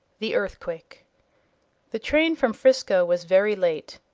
the earthquake the train from frisco was very late.